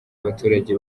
abaturage